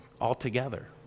altogether